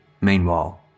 Meanwhile